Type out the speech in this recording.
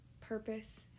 purpose